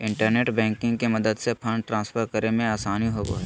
internet banking के मदद से फंड ट्रांसफर करे मे आसानी होवो हय